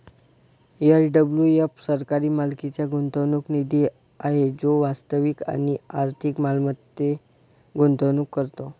SWF सरकारी मालकीचा गुंतवणूक निधी आहे जो वास्तविक आणि आर्थिक मालमत्तेत गुंतवणूक करतो